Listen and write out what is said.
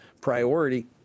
priority